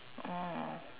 oh